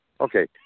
Okay